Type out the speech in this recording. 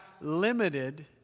limited